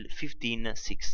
1560